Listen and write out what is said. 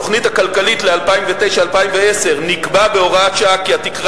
בתוכנית הכלכלית ל-2009 2010 נקבע בהוראת שעה כי התקרה